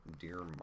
Dear